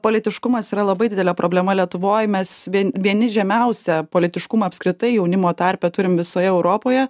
politiškumas yra labai didelė problema lietuvoj mes vien vieni žemiausią politiškumą apskritai jaunimo tarpe turim visoje europoje